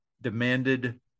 demanded